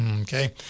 Okay